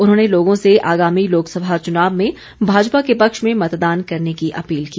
उन्होंने लोगों से आगामी लोकसभा चुनाव में भाजपा के पक्ष में मतदान करने की अपील की